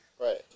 Right